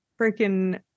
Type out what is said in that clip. freaking